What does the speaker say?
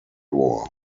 war